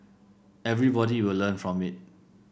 everybody will learn from it